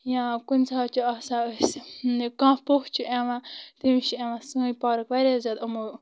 یا کُنۍ ساتہٕ چھِ آسان أسہِ نہِ کانٛہہ پوٚژھ چھِ یِوان تٔمِس چھِ یِوان سٲنۍ پارٕک واریاہ زیادٕ إمو